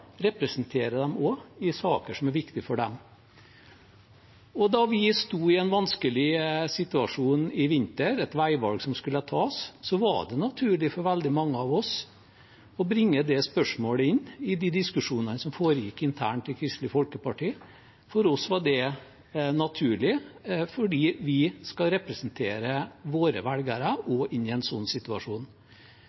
representerer dem i saker som er viktige for dem. Da vi sto i en vanskelig situasjon i vinter, i et veivalg som skulle tas, var det naturlig for veldig mange av oss å bringe det spørsmålet inn i de diskusjonene som foregikk internt i Kristelig Folkeparti. For oss var det naturlig, fordi vi skal representere våre